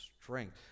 strength